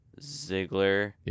Ziggler